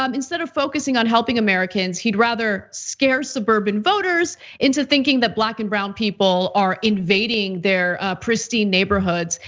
um instead of focusing on helping americans, he'd rather scare suburban voters into thinking that black and brown people are invading their pristine neighborhoods.